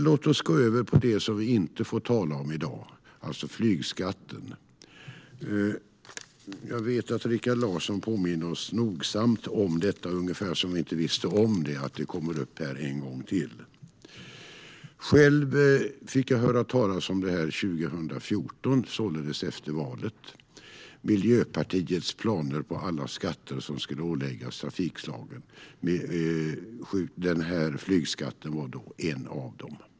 Låt oss gå över på det som vi inte får tala om i dag, alltså flygskatten. Rikard Larsson påminde oss nogsamt om, ungefär som att vi inte visste om det, att det kommer upp här en gång till. Själv fick jag 2014, således efter valet, höra talas om Miljöpartiets planer på alla skatter som skulle åläggas trafikslaget. Flygskatten var en av dem.